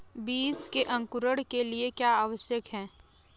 बीज के अंकुरण के लिए क्या आवश्यक है?